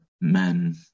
men